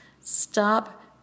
stop